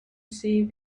see